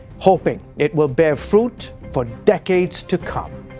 hoping it will bear fruit for decades to come.